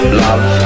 love